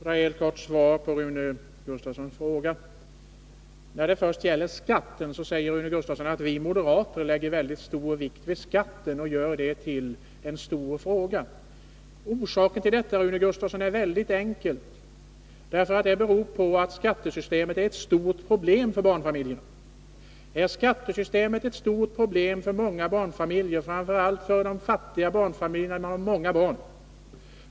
Herr talman! Jag vill ge ett klart svar på Rune Gustavssons fråga. Rune Gustavsson säger att vi moderater lägger mycket stor vikt vid skatten och gör den till en stor fråga. Orsaken till det är mycket enkel. Detta beror på att skattesystemet är ett stort problem för barnfamiljerna, framför allt för barnfamiljer med många barn.